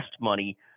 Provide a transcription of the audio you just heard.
money